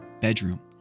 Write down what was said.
bedroom